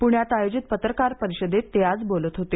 पूण्यात आयोजित पत्रकार परिषदेत ते आज बोलत होते